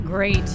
Great